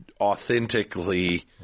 authentically